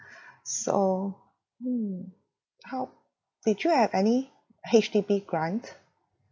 so mm how did you have any H_D_B grant